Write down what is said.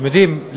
אתם יודעים,